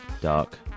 Dark